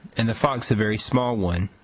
and the fox a very small one,